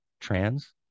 trans